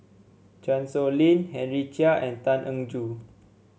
Chan Sow Lin Henry Chia and Tan Eng Joo